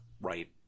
right